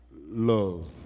love